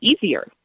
easier